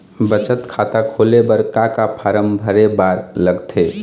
बचत खाता खोले बर का का फॉर्म भरे बार लगथे?